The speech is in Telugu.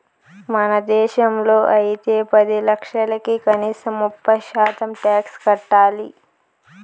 మన దేశంలో అయితే పది లక్షలకి కనీసం ముప్పై శాతం టాక్స్ కట్టాలి